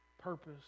purpose